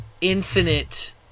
infinite